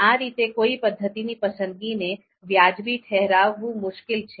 આ રીતે કોઈ પદ્ધતિની પસંદગીને વાજબી ઠેરવવું મુશ્કેલ છે